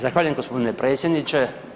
Zahvaljujem gospodine predsjedniče.